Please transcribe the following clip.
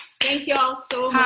thank y'all. so